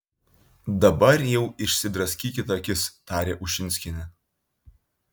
dabar jau išsidraskykit akis tarė ušinskienė